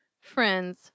Friends